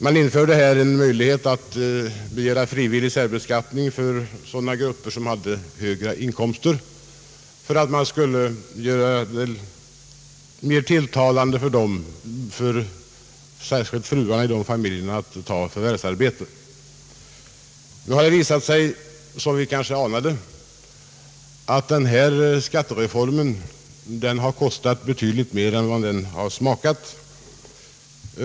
En möjlighet infördes då att begära frivillig särbeskattning för grupper med högre inkomster för att göra det mera tilltalande för fruarna i de familjerna att ta förvärvsarbete. Nu har det visat sig, som vi kanske anade, att denna skattereform har kostat betydligt mer än vad den har smakat.